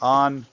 on